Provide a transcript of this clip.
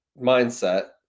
mindset